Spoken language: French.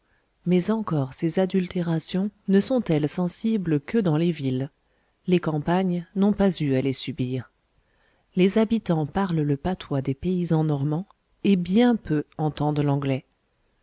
mais encore ces adultérations ne sont-elles sensibles que dans les villes les campagnes n'ont pas eu à les subir les habitants parlent le patois des paysans normands et bien peu entendent l'anglais